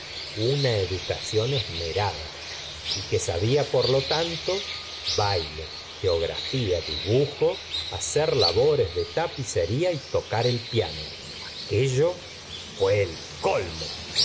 una educación esmerada y que sabía por lo tanto baile geografía dibujo hacer labores de tapicería y tocar el piano aquello fué el colmo